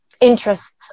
interests